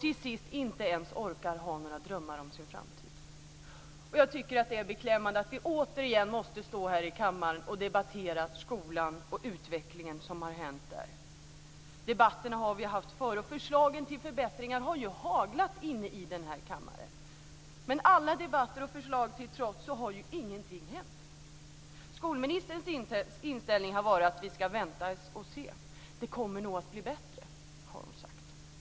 Till sist orkar de inte ens ha några drömmar om sin framtid. Jag tycker att det är beklämmande att vi återigen måste stå här i kammaren och debattera skolan och utvecklingen där. Vi har haft den debatten tidigare. Förslagen till förbättringar har ju haglat inne i denna kammare. Men alla debatter och förslag till trots har ju ingenting hänt. Skolministerns inställning har varit att vi ska vänta och se. Det kommer nog att bli bättre, har hon sagt.